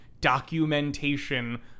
documentation